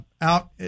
out